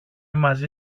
μαζί